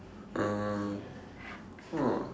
uh !wah!